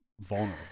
vulnerable